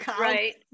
right